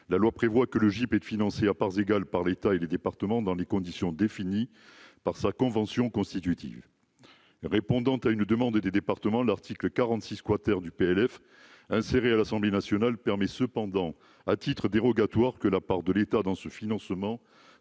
la loi prévoit que le Giped de financé à parts égales par l'État et les départements dans les conditions définies par sa convention constitutive, répondant à une demande et des départements, l'article 46 quater du PLF inséré à l'Assemblée nationale permet cependant à titre dérogatoire que la part de l'État dans ce financement